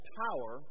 power